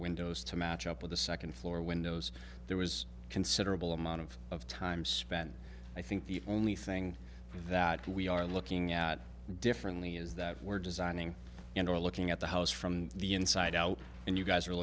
windows to match up with the second floor windows there was considerable amount of time spent i think the only thing that we are looking at differently is that we're designing and are looking at the house from the inside out and you guys are